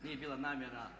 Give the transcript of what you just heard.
Nije bila namjera.